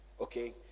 Okay